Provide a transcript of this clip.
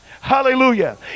hallelujah